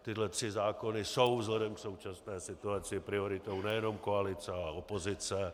Tyto tři zákony jsou vzhledem k současné situaci prioritou nejen koalice, ale i opozice.